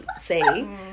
say